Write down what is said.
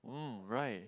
mm right